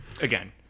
Again